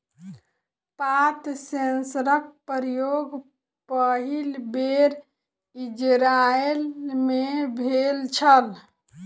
पात सेंसरक प्रयोग पहिल बेर इजरायल मे भेल छल